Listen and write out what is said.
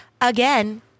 Again